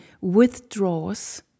withdraws